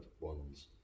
ones